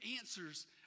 answers